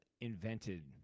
invented